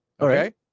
Okay